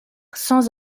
sans